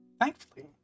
Thankfully